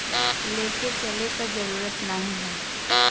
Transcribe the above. लेके चले क जरूरत नाहीं हौ